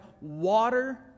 water